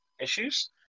issues